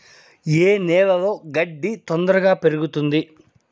ఏ నేలలో గడ్డి తొందరగా పెరుగుతుంది